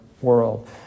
world